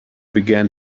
began